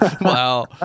Wow